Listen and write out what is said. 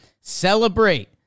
celebrate